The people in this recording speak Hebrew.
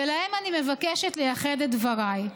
ולהם אני מבקשת לייחד את דבריי.